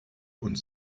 und